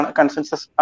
consensus